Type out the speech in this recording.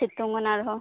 ᱥᱤᱛᱩᱝ ᱠᱟᱱᱟ ᱟᱨᱦᱚᱸ